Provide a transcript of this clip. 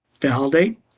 validate